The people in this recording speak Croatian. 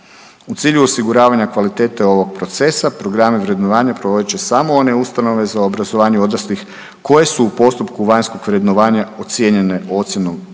U cilju osiguravanja kvalitete ovog procesa programe vrednovanja provodit će samo one ustanove za obrazovanje odraslih koje su u postupku vanjskog vrednovanja ocijenjene ocjenom visoke